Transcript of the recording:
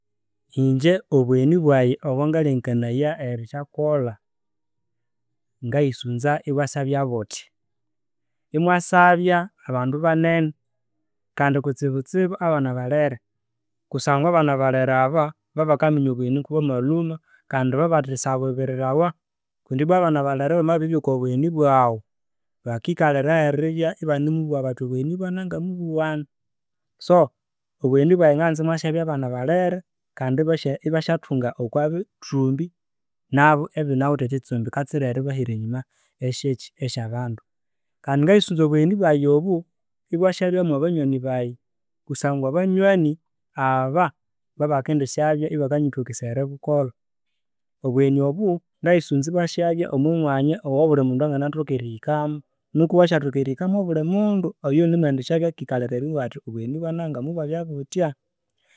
Ingye obugheni bwayi obwangalengekanaya erisya kolha, ngayisunza ibwa syabya butya, imwasyabyya abandu banene kandi kutsibutsibu abana balhere kusangwa abana balhere aba, babakaminya obugheni kubwamalhuma kandi babatihindi syabubirirawa kundi ibwa abana balere bamabiribya okwa bugheni bwaghu, bakikaliaho eribya ibane mubugha ambu obugheni bwa nani mubuwana. So, obugheni byayi nganza imwa syabya abana balere kandi ibasyathunga okwa bithumbi ebinawithe ekitsumbi kitsire eribahira enyuma syaki, esya bandu. Kandi ngayisunz obugheni bwayi obu ibwasyabya mwa banywani bayi kusangwa abanywani aba babakendisabya ibakanyithokesaya eribukolha. Obugheni obu ngayisunza ibwa sabya omwa mwanya owa bulimundu anganthoka erihakamo nikwa ibwa syathoka erikwa mwa bulimundu oyunimwendisyabya akikalira eribugha indi obugheni bwa nanga mubwabya butya.